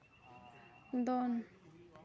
ᱫᱚᱱ